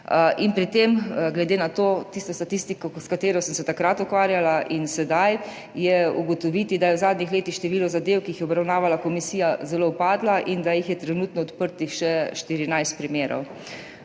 Pri tem je glede na tisto statistiko, s katero sem se takrat ukvarjala in sedaj, ugotoviti, da je v zadnjih letih število zadev, ki jih je obravnavala komisija, zelo upadlo in da je trenutno odprtih še 14 primerov.